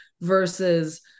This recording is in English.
versus